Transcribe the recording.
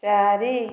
ଚାରି